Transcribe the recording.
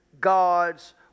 God's